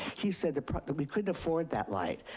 he said that that we couldn't afford that light.